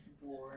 war